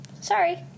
sorry